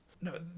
no